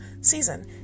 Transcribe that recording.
season